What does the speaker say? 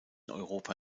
europa